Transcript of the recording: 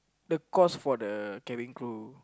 the course for the cabin crew